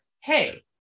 hey